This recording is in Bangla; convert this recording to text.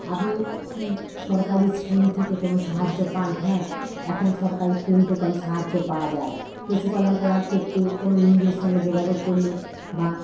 আপনি কি সরকারি স্কিম থেকে কোনো সাহায্য পান হ্যাঁ এখন সরকারি স্কিম থেকে অনেক সাহায্য পাওয়া যায় পশুপালন করার ক্ষেত্রে কোনো এনজিওর সঙ্গে যোগাযোগ করলে বা